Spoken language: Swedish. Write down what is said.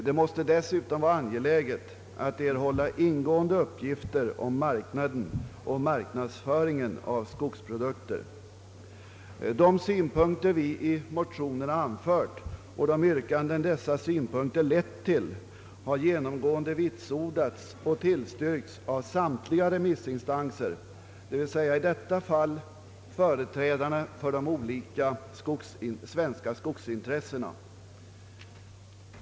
Det måste dessutom vara angeläget att erhålla ingående uppgifter om marknaden och marknadsföringen av skogsprodukter. De synpunkter vi anfört i motionerna och de yrkanden dessa synpunkter lett till har genomgående vitsordats och tillstyrkts av samtliga remissinstanser, d.v.s. i detta fall företrädare för de olika svenska skogsintressena.